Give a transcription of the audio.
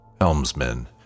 Helmsmen